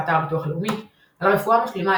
באתר הביטוח הלאומי על רפואה משלימה,